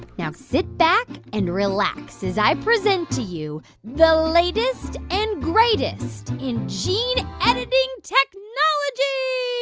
now, sit back and relax as i present to you the latest and greatest in gene editing technology.